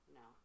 no